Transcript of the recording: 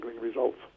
results